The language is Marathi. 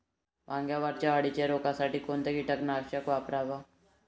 वांग्यावरच्या अळीले रोकासाठी कोनतं कीटकनाशक वापराव?